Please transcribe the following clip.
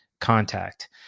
contact